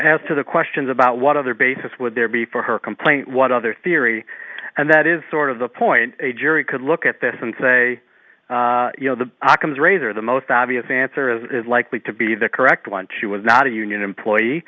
as to the questions about what other basis would there be for her complaint what other theory and that is sort of the point a jury could look at this and say you know the ockham's razor the most obvious answer is likely to be the correct one she was not a union employee